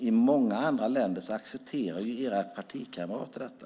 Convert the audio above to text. I många andra länder accepterar era partikamrater detta.